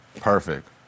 perfect